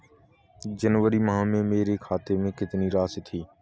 जनवरी माह में मेरे खाते में कितनी राशि थी?